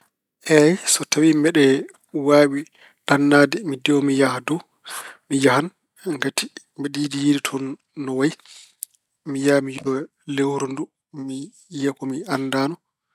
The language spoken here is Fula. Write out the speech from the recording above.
Eey, so tawi mbeɗe waawi ɗannaade mi diwa mi yaha dow, mi yahan ngati mbeɗe yiɗi yiyde toon no wayi. Mi yaha mi yiyoya lewru ndu. Mi yiya ko mi anndaano.